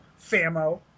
Famo